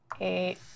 Eight